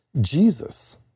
Jesus